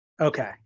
Okay